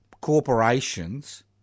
corporations